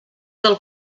del